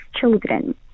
children